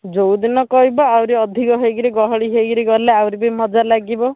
ଯେଉଁଦିନ କହିବ ଆହୁରି ଅଧିକ ହେଇକରି ଗହଳି ହେଇକରି ଗଲେ ଆହୁରି ବି ମଜା ଲାଗିବ